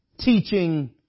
Teaching